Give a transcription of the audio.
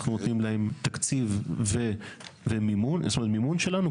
אנחנו נותנים להם תקציב ומימון שלנו,